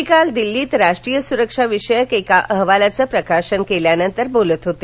ते काल दिल्लीत राष्ट्रीय सुरक्षाविषयक एका अहवालाचं प्रकाशन केल्यानंतर बोलत होते